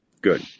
Good